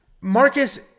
Marcus